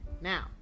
Now